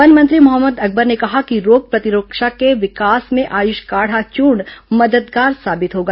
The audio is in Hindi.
वन मंत्री मोहम्मद अकबर ने कहा कि रोग प्रतिरक्षा के विकास में आयुष काढ़ा चूर्ण मददगार साबित होगा